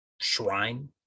shrine